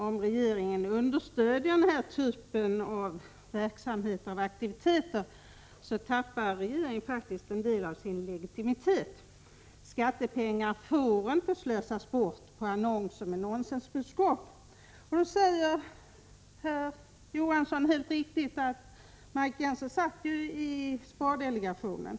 Om regeringen understödjer den här typen av verksamhet och aktiviteter tappar regeringen en del av sin legitimitet. Skattepengar får inte slösas bort på annonser med nonsensbudskap. Herr Johansson konstaterar helt riktigt att Margit Gennser satt i spardelegationen.